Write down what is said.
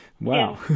Wow